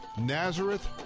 Nazareth